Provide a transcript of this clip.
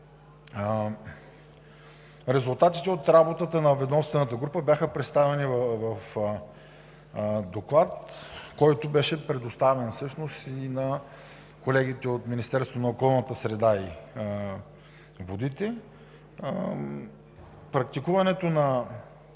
Резултатите от работата на Междуведомствената група бяха представени в доклад, който беше предоставен всъщност и на колегите от Министерството на околната среда и водите. Проблемът е,